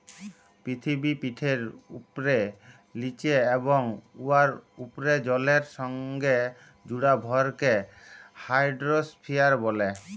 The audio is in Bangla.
পিথিবীপিঠের উপ্রে, লিচে এবং উয়ার উপ্রে জলের সংগে জুড়া ভরকে হাইড্রইস্ফিয়ার ব্যলে